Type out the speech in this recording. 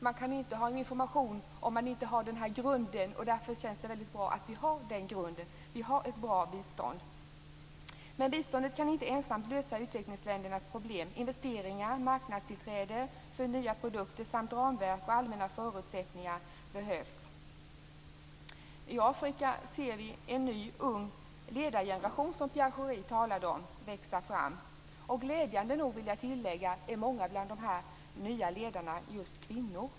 Man kan inte förmedla information utan att ha en sådan grund, och det känns därför tillfredsställande att vi har ett bra bistånd. Men biståndet kan inte ensamt lösa utvecklingsländernas problem. Investeringar, marknadstillträde för nya produkter samt ramverk och allmänna förutsättningar måste främjas. I Afrika ser vi, som Pierre Schori talade om, en ny, ung ledargeneration växa fram. Jag vill tillägga att många bland de nya ledarna glädjande nog är kvinnor.